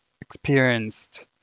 experienced